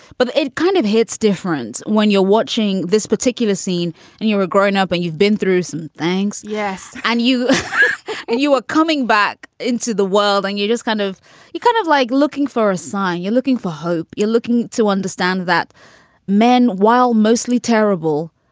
but it kind of hits difference when you're watching this particular scene and you a grown up and you've been through some things. yes. and you and you are coming back into the world and you just kind of kind of like looking for a sign you're looking for hope. you're looking to understand that men, while mostly terrible,